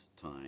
time